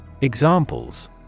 Examples